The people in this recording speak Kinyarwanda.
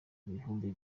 ibihumbi